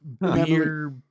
Beer